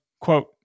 quote